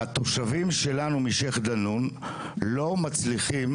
התושבים שלנו משייח' דנון לא מצליחים